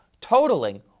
totaling